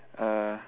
uh